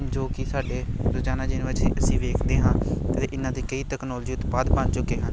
ਜੋ ਕਿ ਸਾਡੇ ਰੋਜ਼ਾਨਾ ਜੀਵਨ ਵਿੱਚ ਅਸੀਂ ਦੇਖਦੇ ਹਾਂ ਅਤੇ ਇਹਨਾਂ 'ਤੇ ਕਈ ਤਕਨੋਲਜੀ ਉਤਪਾਦ ਬਣ ਚੁੱਕੇ ਹਨ